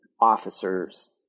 officers